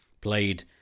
played